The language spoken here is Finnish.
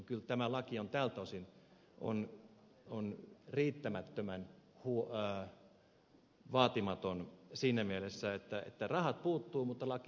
kyllä tämä laki on tältä osin riittämättömän vaatimaton siinä mielessä että rahat puuttuvat mutta laki tulee